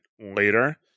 later